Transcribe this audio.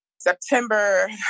September